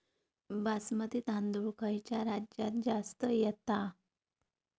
बासमती तांदूळ खयच्या राज्यात जास्त येता?